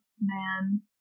man